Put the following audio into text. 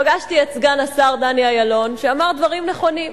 פגשתי את סגן השר דני אילון, שאמר דברים נכונים.